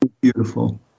beautiful